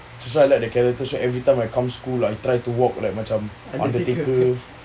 so I like the character so everytime I come school I try to walk like macam undertaker